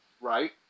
Right